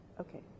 Okay